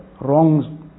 wrongs